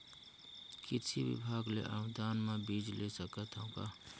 कृषि विभाग ले अनुदान म बीजा ले सकथव का?